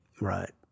right